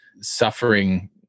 suffering